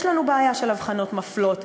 יש לנו בעיה של אבחנות מפלות,